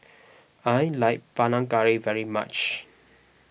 I like Panang Curry very much